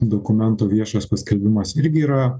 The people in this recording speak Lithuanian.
dokumentų viešas paskelbimas irgi yra